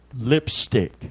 lipstick